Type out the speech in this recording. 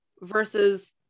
versus